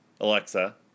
Alexa